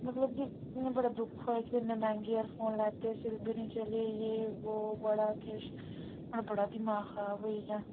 मतलब कि इ'यां बड़ा दुक्ख होएआ कि इ'नें मैंह्गे एयरफोन लैते फेर बी नी चले यह् वो बड़ा किश हून बड़ा दमाग खराब होई गेआ